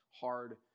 hard